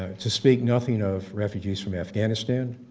to speak nothing of refugees from afghanistan,